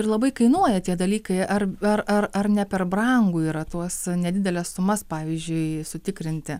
ir labai kainuoja tie dalykai ar ar ar ar ne per brangu yra tuos nedideles sumas pavyzdžiui sutikrinti